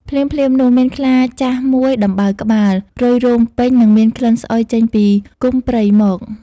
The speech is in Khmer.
ភ្លាមៗនោះ មានខ្លាចាស់មួយដំបៅក្បាល រុយរោមពេញ និងមានក្លិនស្អុយចេញពីគុម្ពព្រៃមក។